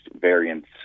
variants